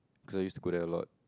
cause I used to go there a lot